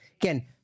again